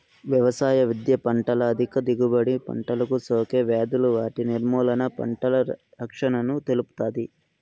వ్యవసాయ విద్య పంటల అధిక దిగుబడి, పంటలకు సోకే వ్యాధులు వాటి నిర్మూలన, పంటల రక్షణను తెలుపుతాది